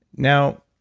now